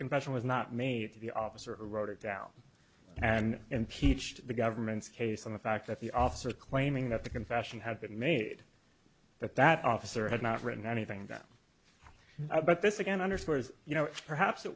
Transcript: confession was not made to the officer who wrote it down and impeached the government's case on the fact that the officer claiming that the confession had been made that that officer had not written anything that but this again underscores you know perhaps it